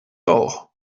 auch